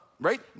Right